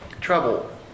trouble